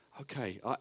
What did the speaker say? okay